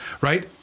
right